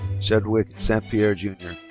serdwick st. pierre jr.